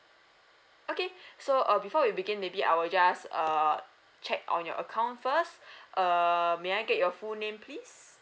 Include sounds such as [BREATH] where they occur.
okay so uh before we begin maybe I will just err check on your account first [BREATH] err may I get your full name please